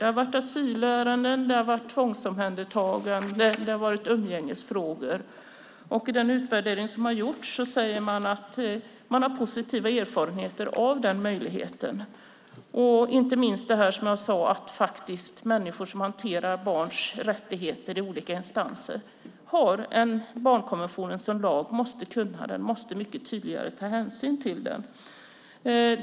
Det har varit asylärenden, det har varit tvångsomhändertaganden och det har varit umgängesfrågor. I den utvärdering som har gjorts säger man att man har positiva erfarenheter av den möjligheten, inte minst när det gäller det här som jag sade att människor som hanterar barns rättigheter i olika instanser har barnkonventionen som lag och måste kunna den och mycket tydligare ta hänsyn till den.